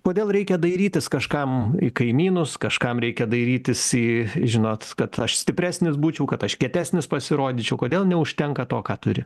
kodėl reikia dairytis kažkam į kaimynus kažkam reikia dairytis į žinot kad aš stipresnis būčiau kad aš kietesnis pasirodyčiau kodėl neužtenka to ką turi